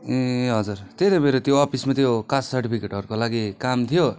ए हजुर त्यही त मेरो त्यो अफिसमा त्यो कास्ट सर्टिफिकेटहरूको लागि काम थियो